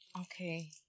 Okay